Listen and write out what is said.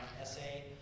essay